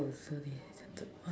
so this is leopard [one]